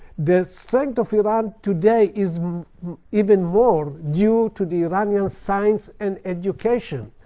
the strength of iran today is even more due to the iranian science and education,